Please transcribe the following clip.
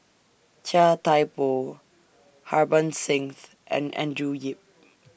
Chia Thye Poh Harbans Singh's and Andrew Yip